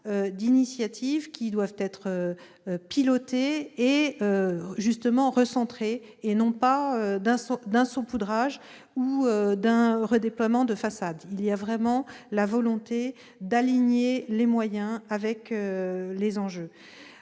d'initiatives qui doivent être pilotées et recentrées, et non d'un saupoudrage ou d'un redéploiement de façade. Il y a donc une véritable volonté d'aligner les moyens avec les enjeux.